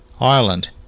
Ireland